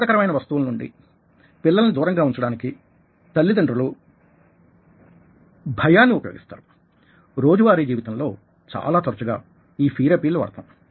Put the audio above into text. ప్రమాదకరమైన వస్తువుల నుండి పిల్లల్ని దూరంగా ఉంచడానికి తల్లిదండ్రులు భయాన్ని ఉపయోగిస్తారు రోజువారీ జీవితంలో చాలా తరచుగా ఈ ఫియర్ అపీల్ వాడతాం